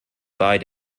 bei